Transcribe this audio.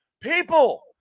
people